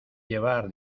llevar